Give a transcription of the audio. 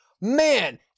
man